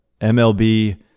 MLB